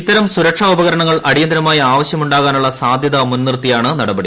ഇത്തരം സുരക്ഷാ ഉപകരണങ്ങൾ അടിയന്തരമായി ആവശ്യം ഉണ്ടാകാനുള്ള സാധ്യത മുൻനിർത്തിയാണ് നടപടി